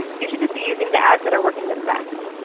you should just be using the ads that are working the best.